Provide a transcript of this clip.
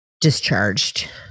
discharged